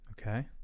okay